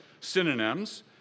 synonyms